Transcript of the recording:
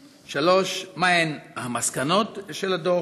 3. מהן המסקנות בדוח?